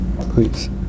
please